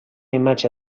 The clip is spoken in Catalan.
imatge